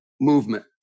movement